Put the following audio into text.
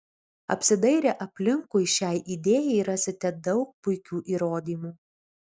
apsidairę aplinkui šiai idėjai rasite daug puikių įrodymų